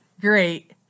great